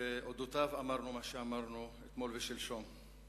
ועל אודותיו אמרנו מה שאמרנו אתמול ושלשום.